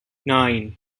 nine